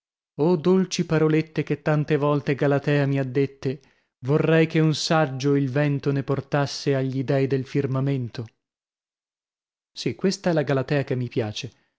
oh dolci parolette che tante volte galatea mi ha dette vorrei che un saggio il vento ne portasse agii dei del firmamento sì questa è la galatea che mi piace